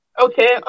Okay